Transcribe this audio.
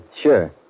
Sure